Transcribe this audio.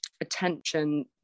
attention